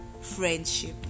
Friendship